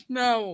no